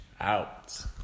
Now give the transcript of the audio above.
out